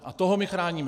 A toho my chráníme.